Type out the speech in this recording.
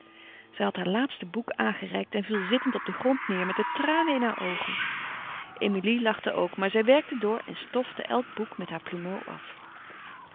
zij had haar laatste boek aangereikt en viel zittend op den grond neêr met de tranen in haar oogen emilie lachte ook maar zij werke door en stofte elk boek met haar plumeau af